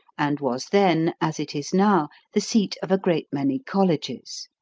and was then, as it is now, the seat of a great many colleges.